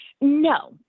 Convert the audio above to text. No